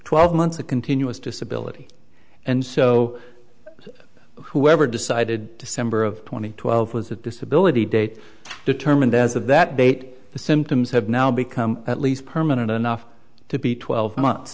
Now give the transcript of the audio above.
twelve months of continuous disability and so whoever decided december of two thousand and twelve was a disability date determined as of that date the symptoms have now become at least permanent enough to be twelve months